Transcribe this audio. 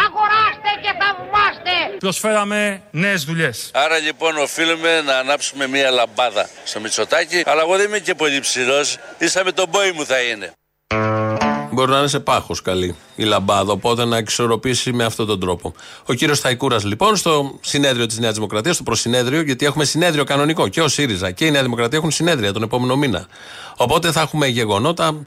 Αγοράστε και θαυμάστε! Προσφέραμε νέες δουλειές. Άρα λοιπόν οφείλουμε να ανάψουμε μία λαμπάδα στο Μητσοτάκη, αλλά εγώ δεν είμαι και πολύ ψηλός, ίσα με το μπόι μου θα είναι. Μπορεί να είναι σε πάχος καλή η λαμπάδα, οπότε να εξορροπήσει με αυτόν τον τρόπο. Ο κύριος Σταϊκούρας λοιπόν στο συνέδριο της Νέας Δημοκρατίας, στο προσυνέδριο, γιατί έχουμε συνέδριο κανονικό, και ο ΣΥΡΙΖΑ και η Νέα Δημοκρατία έχουν συνέδρια τον επόμενο μήνα. Οπότε θα έχουμε γεγονότα,